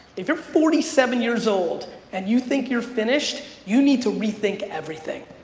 if you're forty seven years old and you think you're finished, you need to rethink everything.